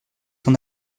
son